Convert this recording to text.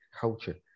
culture